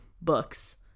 books